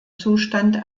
zustand